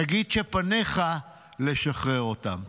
תגיד שפניך לשחרר אותם.